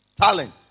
Talent